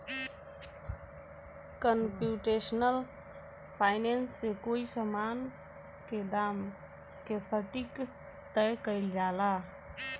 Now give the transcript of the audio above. computational finance से कोई समान के दाम के सटीक तय कईल जाला